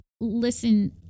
Listen